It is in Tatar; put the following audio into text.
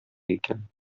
икән